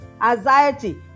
Anxiety